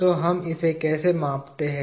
तो हम इसे कैसे मापते हैं